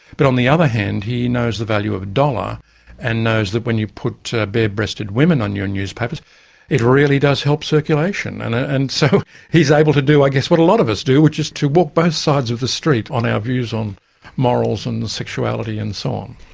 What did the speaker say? but on the other hand he knows the value of a dollar and knows that when you put bare-breasted women on your newspapers it really does help circulation and and so he's able to do i guess what a lot of us do, which is to walk both sides of the street on our views on morals and sexuality and so on.